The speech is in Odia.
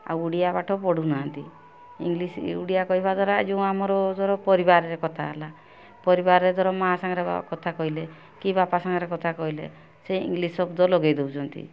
ଆଉ ଓଡ଼ିଆ ପାଠ ପଢ଼ୁନାହାଁନ୍ତି ଇଂଲିଶ୍ ଓଡ଼ିଆ କହିବା ଦ୍ୱାରା ଏ ଯେଉଁ ଆମର ଧର ପରିବାରରେ କଥା ହେଲା ପରିବାରରେ ଧର ମା' ସାଙ୍ଗେରେ କଥା କହିଲେ କି ବାପା ସାଙ୍ଗରେ କଥା କହିଲେ ସେ ଇଂଲିଶ୍ ଶବ୍ଦ ଲଗେଇ ଦେଉଛନ୍ତି